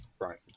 Right